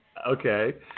okay